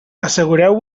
assegureu